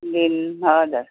हजुर